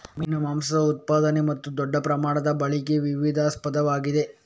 ಮೀನಿನ ಮಾಂಸದ ಉತ್ಪಾದನೆ ಮತ್ತು ದೊಡ್ಡ ಪ್ರಮಾಣದ ಬಳಕೆ ವಿವಾದಾಸ್ಪದವಾಗಿದೆ